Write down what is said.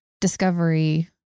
discovery